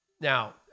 Now